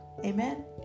Amen